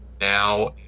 now